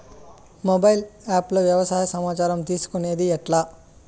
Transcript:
Mobile app లో వ్యవసాయ సమాచారం తీసుకొనేది ఎట్లా?